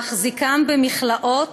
להחזיקם במכלאות,